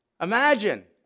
Imagine